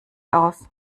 aus